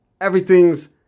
everything's